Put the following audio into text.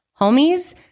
homies